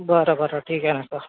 बरं बरं ठीक आहे ना सर